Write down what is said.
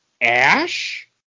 Ash